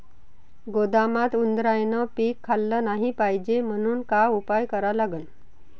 गोदामात उंदरायनं पीक खाल्लं नाही पायजे म्हनून का उपाय करा लागन?